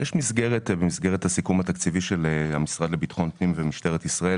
יש מסגרת במסגרת הסיכום התקציבי של המשרד לביטחון הפנים ומשטרת ישראל,